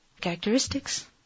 Characteristics